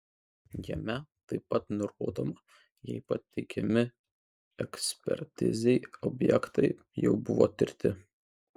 jame taip pat nurodoma jei pateikiami ekspertizei objektai jau buvo tirti